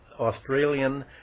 Australian